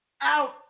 out